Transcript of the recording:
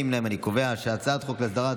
החוק להסדרת